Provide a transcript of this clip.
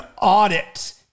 audit